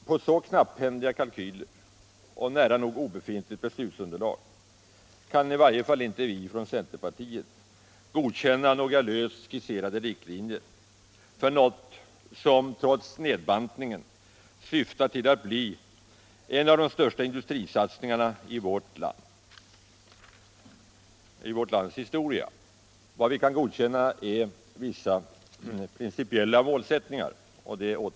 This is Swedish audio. På så knapphändiga kalkyler och nära nog obefintligt beslutsunderlag kan i varje fall inte vi från centerpartiet godkänna några löst skisserade riktlinjer för något som trots nedbantningen syftar till att bli en av de största industrisatsningarna i vårt lands historia. Vad vi kan godkänna är vissa principiella målsättningar. Det återkommer jag till.